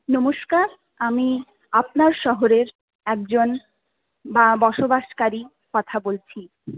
নমস্কার আমি আপনার শহরের একজন বা বসবাসকারী কথা বলছি